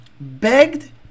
begged